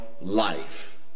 life